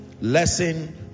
Lesson